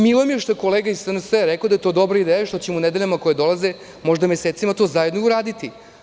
Milo mi je što je kolega iz SNS rekao da je to dobra ideja i što ćemo u nedeljama koje dolaze, možda i mesecima, to zajedno i uraditi.